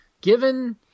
given